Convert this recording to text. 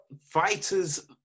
Fighters